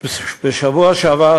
בשבוע שעבר,